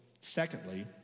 secondly